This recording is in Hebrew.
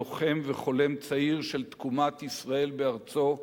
כלוחם וחולם צעיר של תקומת ישראל בארצו,